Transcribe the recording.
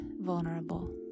vulnerable